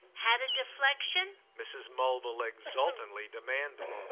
had a deflexion? mrs. mulville exultantly demanded.